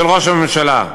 ראש הממשלה.